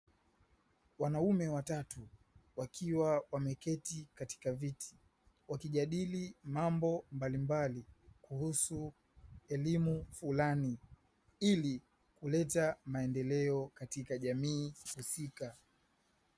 Wanaume watatu wakiwa wameketi katika viti wakijadili mambo mbalimbali kuhusu elimu fulani ili kuleta maendeleo katika jamii husika.